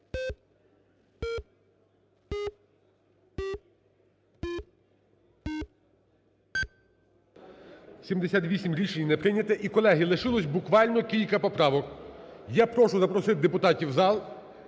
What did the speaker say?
За-78 Рішення не прийнято. Колеги, лишилось буквально кілька поправок, я прошу запросити депутатів в зал,